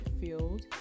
field